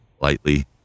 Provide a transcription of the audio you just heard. lightly